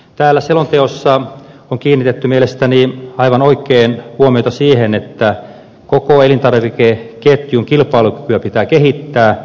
täällä selonteossa on kiinnitetty mielestäni aivan oikein huomiota siihen että koko elintarvikeketjun kilpailukykyä pitää kehittää